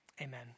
Amen